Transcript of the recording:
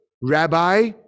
rabbi